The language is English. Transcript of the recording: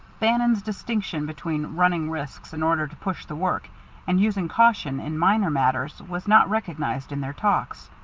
bannon's distinction between running risks in order to push the work and using caution in minor matters was not recognized in their talks.